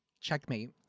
Checkmate